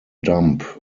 dump